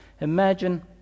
Imagine